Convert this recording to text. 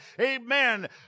amen